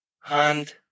hand